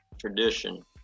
tradition